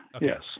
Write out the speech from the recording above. yes